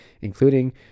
including